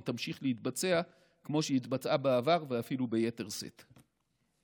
היא תמשיך להתבצע כמו שהתבצעה בעבר ואפילו ביתר שאת.